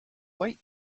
white